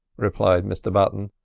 replied mr button.